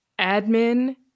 admin